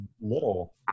little